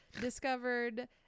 discovered